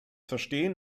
verstehen